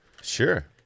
Sure